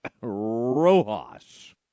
Rojas